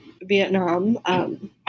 Vietnam